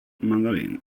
mandarin